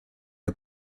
are